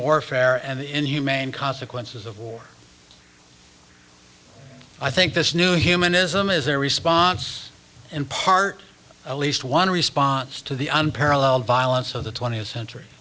warfare and inhumane consequences of war i think this new humanism is a response in part at least one response to the unparalleled violence of the twentieth century